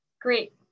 Great